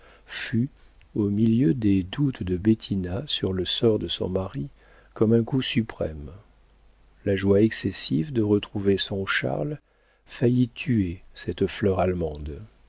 fut au milieu des doutes de bettina sur le sort de son mari comme un coup suprême la joie excessive de retrouver son charles faillit tuer cette fleur allemande